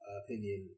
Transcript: opinion